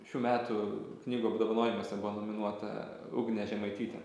šių metų knygų apdovanojimuose buvo nominuota ugnė žemaitytė